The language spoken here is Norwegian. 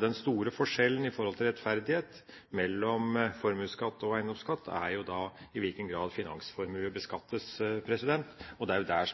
Den store forskjellen når det gjelder rettferdighet mellom formuesskatt og eiendomsskatt, er i hvilken grad finansformue